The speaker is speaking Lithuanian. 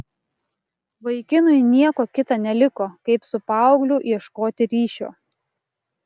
vaikinui nieko kita neliko kaip su paaugliu ieškoti ryšio